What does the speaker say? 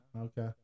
okay